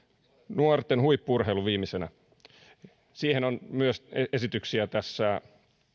nuorten huippu urheilu viimeisenä myös siihen on esityksiä tässä